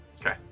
Okay